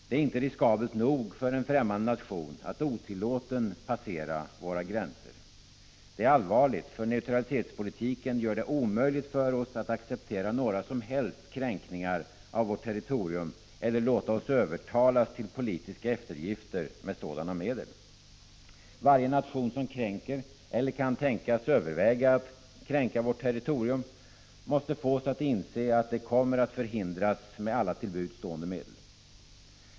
Det är inte riskabelt nog för en främmande nation att otillåtet passera våra gränser. Detta är allvarligt, därför att neutralitetspolitiken gör det omöjligt för oss att acceptera några som helst kränkningar av vårt territorium eller låta oss övertalas till politiska eftergifter med sådana medel. Varje nation som kränker eller kan tänkas överväga att kränka vårt territorium måste fås att inse att detta kommer att förhindras med alla till buds stående medel.